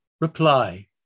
Reply